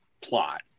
plot